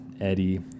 Eddie